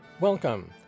Welcome